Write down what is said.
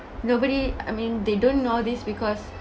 nobody I mean they don't nowadays because